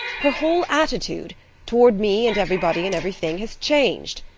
her whole attitude toward me and everybody and everything has changed.